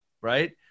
right